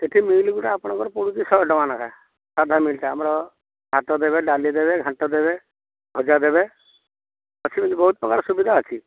ସେଠି ମିଲ୍ ଗୁଡ଼ା ଆପଣଙ୍କର ପଡ଼ୁଛି ଶହେ ଟଙ୍କା ଲେଖା ସାଧା ମିଲ୍ଟା ଆମର ଭାତ ଦେବେ ଡାଲି ଦେବେ ଘାଣ୍ଟ ଦେବେ ଭଜା ଦେବେ ଅଛି ଏମିତି ବହୁତ ପ୍ରକାର ସୁବିଧା ଅଛି